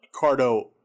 Cardo